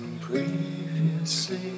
previously